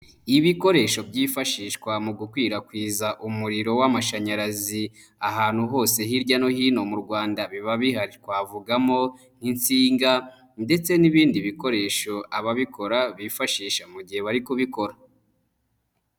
Ibikoresho byifashishwa mu gukwirakwiza umuriro w'amashanyarazi ahantu hose hirya no hino mu Rwanda biba bihari, twavugamo nk'insinga ndetse n'ibindi bikoresho ababikora bifashisha mu gihe bari kubikora.